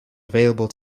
available